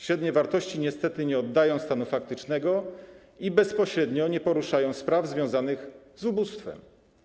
Średnie wartości niestety nie oddają stanu faktycznego i bezpośrednio nie odnoszą się spraw związanych z ubóstwem.